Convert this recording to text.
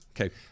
okay